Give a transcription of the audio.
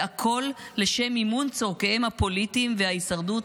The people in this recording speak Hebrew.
והכול לשם מימון צורכיהם הפוליטיים וההישרדות